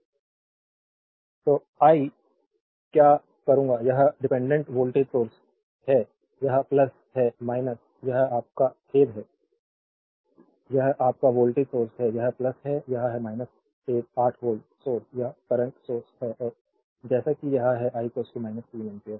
देखें slide time 2800 तो I क्या करूंगा यह डिपेंडेंट वोल्टेज सोर्स है यह है यह आपका खेद है यह आपका वोल्टेज सोर्स है यह है यह है 8 वोल्ट सोर्स यह करंट सोर्स है और जैसा कि यह है I 3 एम्पीयर